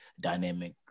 dynamic